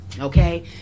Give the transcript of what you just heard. Okay